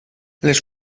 les